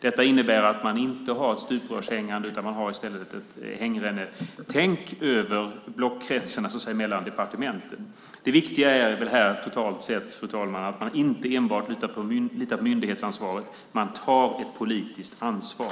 Detta innebär att man inte har ett stuprörshängande utan i stället ett hängrännetänk över blockkretsarna, det vill säga mellan departementen. Det viktiga är att man inte enbart litar på myndighetsansvaret utan tar ett politiskt ansvar.